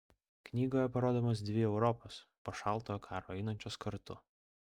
knygoje parodomos dvi europos po šaltojo karo einančios kartu